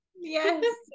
Yes